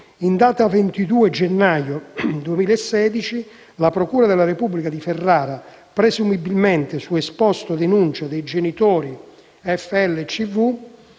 In data 22 gennaio 2016 la procura della Repubblica di Ferrara, presumibilmente su esposto-denuncia dei genitori FL e CV,